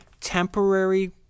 temporary